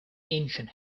ancient